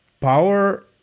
Power